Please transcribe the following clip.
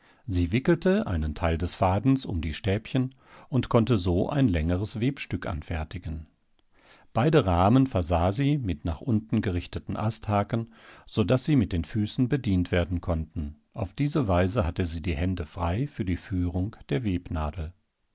sie wickelte einen teil des fadens um die stäbchen und konnte so ein längeres webstück anfertigen beide rahmen versah sie mit nach unten gerichteten asthaken so daß sie mit den füßen bedient werden konnten auf diese weise hatte sie die hände frei für die führung der